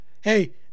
Hey